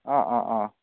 অঁ অঁ অঁ